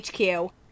HQ